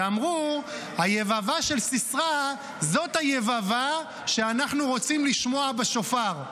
ואמרו: היבבה של סיסרא זאת היבבה שאנחנו רוצים לשמוע בשופר.